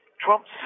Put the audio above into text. Trump's